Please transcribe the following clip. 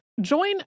Join